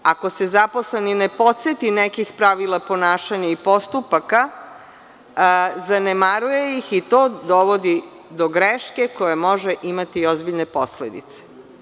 Ako se zaposleni ne podseti nekih pravila ponašanja i postupaka, zanemaruje ih i to dovodi do greške koja može imati ozbiljne posledice.